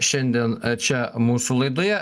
šiandien čia mūsų laidoje